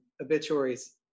obituaries